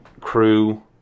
crew